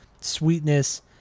sweetness